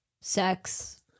sex